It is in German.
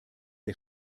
der